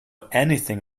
anything